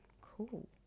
Cool